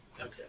Okay